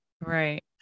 Right